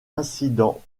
incident